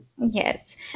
Yes